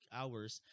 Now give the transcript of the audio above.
hours